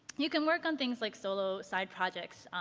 you can work on things like solo side projects,